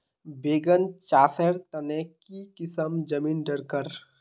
बैगन चासेर तने की किसम जमीन डरकर?